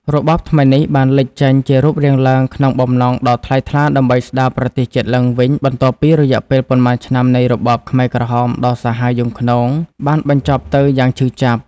របបថ្មីនេះបានលេចចេញជារូបរាងឡើង ក្នុងបំណងដ៏ថ្លៃថ្លាដើម្បីស្ដារប្រទេសជាតិឡើងវិញ បន្ទាប់ពីរយៈពេលប៉ុន្មានឆ្នាំនៃរបបខ្មែរក្រហមដ៏សាហាវយង់ឃ្នងបានបញ្ចប់ទៅយ៉ាងឈឺចាប់។